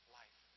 life